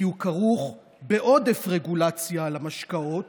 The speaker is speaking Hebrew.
כי הוא כרוך בעודף רגולציה על המשקאות,